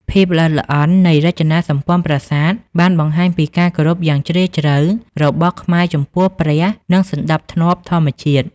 ភាពល្អិតល្អន់នៃរចនាសម្ព័ន្ធប្រាសាទបានបង្ហាញពីការគោរពយ៉ាងជ្រាលជ្រៅរបស់ខ្មែរចំពោះព្រះនិងសណ្តាប់ធ្នាប់ធម្មជាតិ។